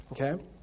okay